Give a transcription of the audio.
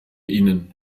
ihnen